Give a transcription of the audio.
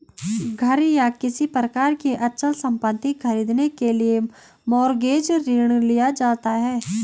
घर या किसी प्रकार की अचल संपत्ति खरीदने के लिए मॉरगेज ऋण लिया जाता है